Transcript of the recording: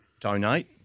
donate